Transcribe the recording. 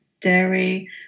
Dairy